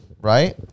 right